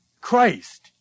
Christ